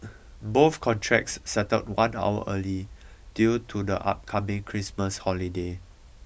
both contracts settled one hour early due to the upcoming Christmas holiday